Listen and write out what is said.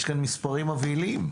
יש כאן מספרים מבהילים.